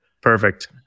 Perfect